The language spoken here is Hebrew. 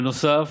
בנוסף,